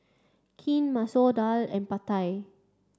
Kheer Masoor Dal and Pad Thai